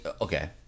Okay